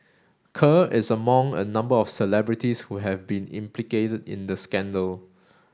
kerr is among a number of celebrities who have been implicated in the scandal